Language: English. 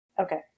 Okay